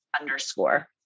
underscore